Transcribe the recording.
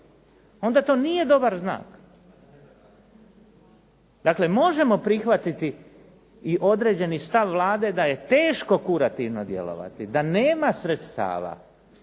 Onda to nije dobar znak. Dakle, možemo prihvatiti i određeni stav Vlade da je teško kurativno djelovati, da nema sredstava,